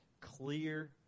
clear